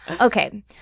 Okay